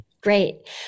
Great